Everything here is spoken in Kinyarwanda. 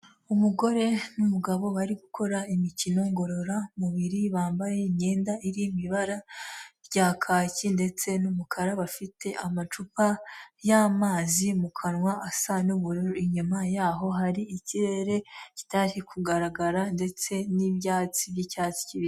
Umugore n'umugabo bari gukora imikino ngororamubiri bambaye imyenda iri mu ibara rya kaki ndetse n'umukara, bafite amacupa y'amazi mu kanwa asa n'ubururu, inyuma yaho hari ikirere kitari kugaragara ndetse n'ibyatsi by'icyatsi kibisi.